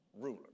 ruler